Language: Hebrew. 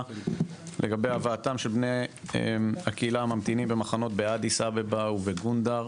לגבי הבאתם של בני הקהילה הממתינים במחנות באדיס אבבה וגונדר'.